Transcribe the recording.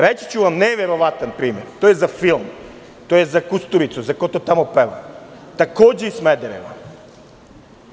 Reći ću vam neverovatan primer, to je za film, za Kusturicu je to, za „Ko to tamo peva“, takođe iz Smedereva.